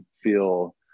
feel